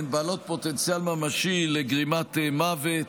הן בעלות פוטנציאל ממשי לגרימת מוות.